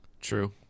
True